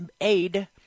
aid